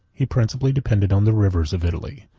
he principally depended on the rivers of italy,